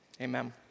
Amen